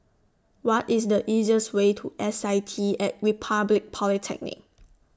What IS The easiest Way to S I T At Republic Polytechnic